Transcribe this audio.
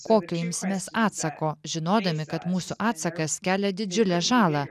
kokio imsimės atsako žinodami kad mūsų atsakas kelia didžiulę žalą